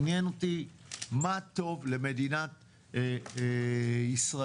עניין אותי מה טוב למדינת ישראל.